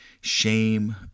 shame